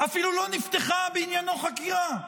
אפילו לא נפתחה חקירה בעניינו,